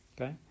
okay